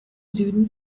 süden